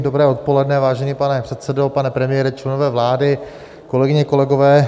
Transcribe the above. Dobré odpoledne, vážený pane předsedo, pane premiére, členové vlády, kolegyně, kolegové.